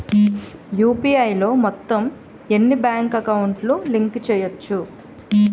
UPI లో మొత్తం ఎన్ని బ్యాంక్ అకౌంట్ లు లింక్ చేయచ్చు?